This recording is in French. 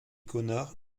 connard